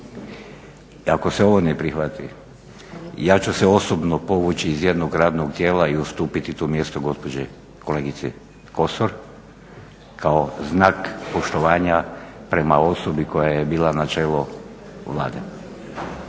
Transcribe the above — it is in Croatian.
ako se ovo ne prihvati, ja ću se osobno povući iz jednog radnog tijela i ustupiti to mjesto gospođi, kolegici Kosor kao znak poštovanja prema osobi koja je bila na čelu Vlade.